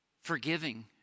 forgiving